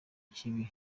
kibi